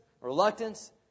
reluctance